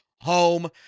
home